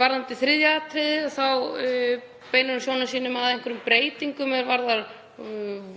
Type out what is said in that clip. Varðandi þriðja atriðið þá beinir hv. þingmaður sjónum sínum að einhverjum breytingum er varða